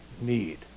need